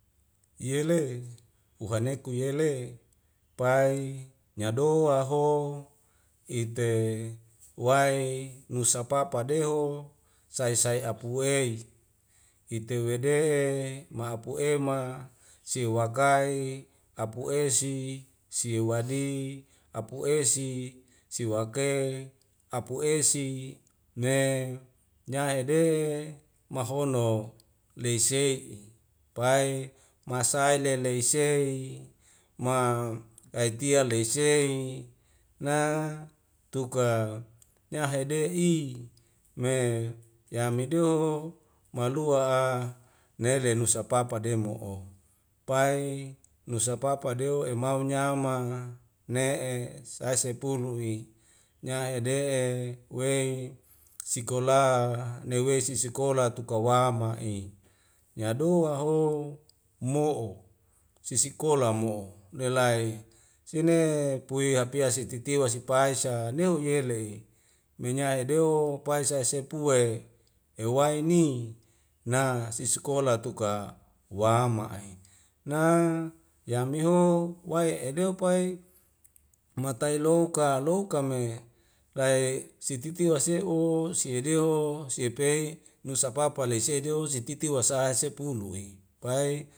Yele'e uhaneku yele pai nyadoa ho ite wae nusa papa deho sai sai apu wei itewede'e mapu ema siwakai apu'esi siwadi apu'esi siwake apu'esi nye nyahede mahono lei se'i pae masae lele'i se'i ma aitia lei sei na tuka nyahedehe'i me yamedeouhoho malua nae lelusa papa demo'o. pai nusa papa de'o emau nyama ne'e sai sepulu'i nya'ede'e wei sikola nawei sisikola tukawama'i nyado haho mo'o sisikola mo nelai sine pui ya piase titiwa sipaesa neuh yele'i menyai dew pai sa'sepue ewaini na siskola tu ka wa'ama e na yameho wai eduo pai matai iloka loka me lai sititiwa se'o se'edeho siepei nusa papa le sei doize titi wa sahe sepulu'i pai